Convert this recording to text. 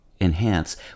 Enhance